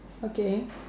okay